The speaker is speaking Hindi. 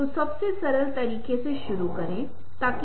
अब यहाँ मेरी एक रूपरेखा है